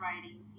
writing